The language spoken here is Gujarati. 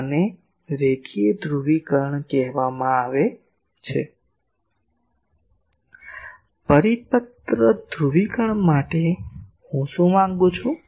આને રેખીય ધ્રુવીકરણ કહેવામાં આવે છે પરિપત્ર ધ્રુવીકરણ માટે હું શું માંગું છું